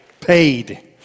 Paid